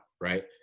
right